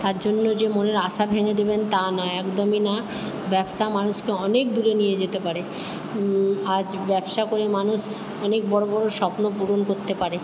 তার জন্য যে মনের আশা ভেঙে দেবেন তা নয় একদমই না ব্যবসা মানুষকে অনেক দূরে নিয়ে যেতে পারে আজ ব্যবসা করে মানুষ অনেক বড়ো বড়ো স্বপ্ন পূরণ করতে পারে